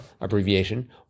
abbreviation